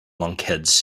lunkheads